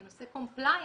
בנושא compliance,